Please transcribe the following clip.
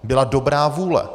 Byla dobrá vůle!